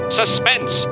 suspense